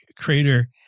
crater